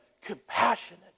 compassionate